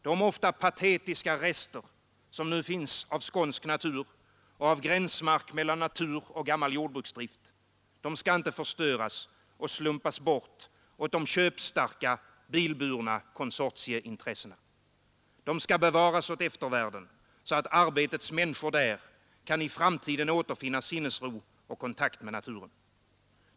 De ofta patetiska rester som nu finns av skånsk natur och av gränsmark mellan natur och gammal jordbruksdrift skall inte förstöras och slumpas bort åt de köpstarka, bilburna konsortieintressenterna. De skall bevaras åt eftervärlden, så att arbetets människor där i framtiden kan återfinna sinnesro och kontakt med naturen.